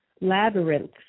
labyrinth